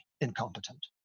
incompetent